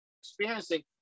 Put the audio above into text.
experiencing